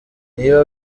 niba